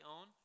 own